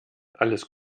alles